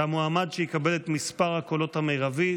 והמועמד שיקבל את מספר הקולות המרבי,